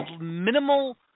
minimal